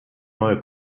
neue